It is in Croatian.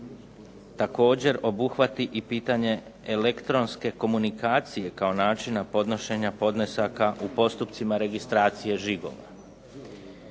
također obuhvati i pitanje elektronske komunikacije kao načina podnošenja podnesaka u postupcima registracije žigova.